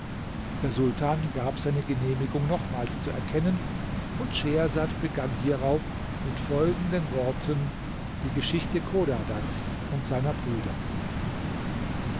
der sultan gab seine genehmigung nochmals zu erkennen und schehersad begann hierauf mit folgenden worten die geschichte chodadads und seiner brüder